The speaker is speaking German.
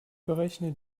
berechne